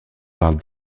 parle